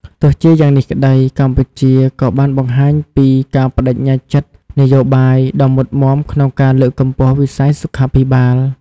ទោះជាយ៉ាងនេះក្តី កម្ពុជាក៏បានបង្ហាញពី ការប្តេជ្ញាចិត្តនយោបាយ ដ៏មុតមាំក្នុងការលើកកម្ពស់វិស័យសុខាភិបាល។